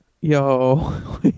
yo